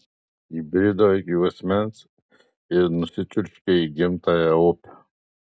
įbrido iki juosmens ir nusičiurškė į gimtąją upę